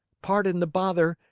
pardon the bother,